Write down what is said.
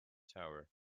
tower